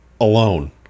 alone